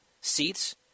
seats